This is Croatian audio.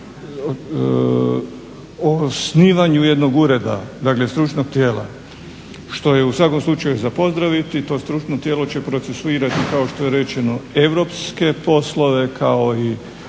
o osnivanju jednog ureda, dakle stručnog tijela što je u svakom slučaju za pozdraviti i to stručno tijelo će procesuirati kao što je rečeno europske poslove, kao i